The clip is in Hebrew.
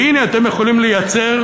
והנה אתם יכולים לייצר